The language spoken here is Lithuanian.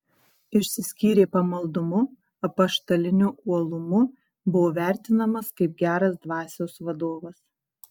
išsiskyrė pamaldumu apaštaliniu uolumu buvo vertinamas kaip geras dvasios vadovas